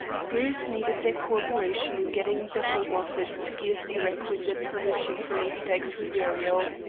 bruce needed their co-operation in getting the home office to give the requisite permission for lady dyke's reburial.